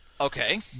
Okay